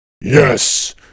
Yes